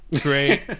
Great